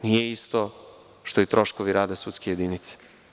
Nije isto što i troškovi rada sudske jedinice.